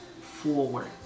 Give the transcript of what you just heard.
forward